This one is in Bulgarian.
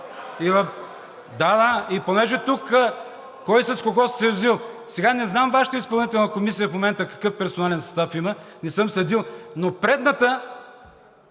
добре. И понеже тук кой с кого се съюзил. Сега, не знам Вашата изпълнителна комисия в момента какъв персонален състав има, не съм следил, но предната,